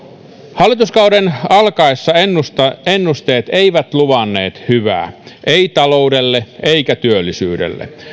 hallituskauden alkaessa ennusteet ennusteet eivät luvanneet hyvää eivät taloudelle eivätkä työllisyydelle